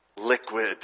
liquid